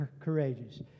courageous